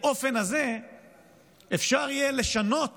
באופן הזה אפשר יהיה לשנות